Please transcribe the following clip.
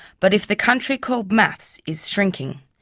but if the country called maths is shrinking,